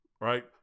right